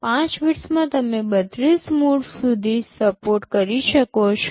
૫ બિટ્સમાં તમે ૩૨ મોડ્સ સુધી સપોર્ટ કરી શકો છો